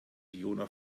fiona